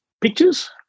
pictures